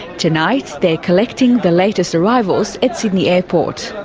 tonight they're collecting the latest arrivals at sydney airport.